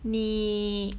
你